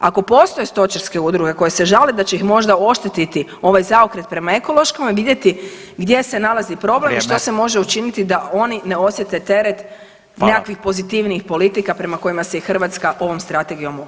Ako postoje stočarske udruge koje se žale da će ih možda oštetiti ovaj zaokret prema ekološkome vidjeti gdje se nalazi problem [[Upadica: Vrijeme.]] i što se može učiniti da oni ne osjete teret nikakvih [[Upadica: Hvala.]] pozitivnijih politika prema kojima se i Hrvatska ovom strategijom okreće.